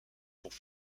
pour